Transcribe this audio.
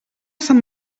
sant